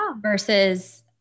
versus